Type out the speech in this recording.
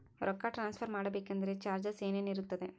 ರೊಕ್ಕ ಟ್ರಾನ್ಸ್ಫರ್ ಮಾಡಬೇಕೆಂದರೆ ಚಾರ್ಜಸ್ ಏನೇನಿರುತ್ತದೆ?